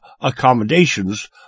accommodations